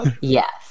Yes